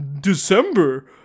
December